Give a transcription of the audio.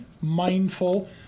mindful